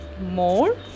more